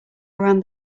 around